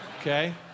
Okay